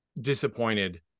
disappointed